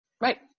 Right